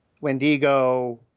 Wendigo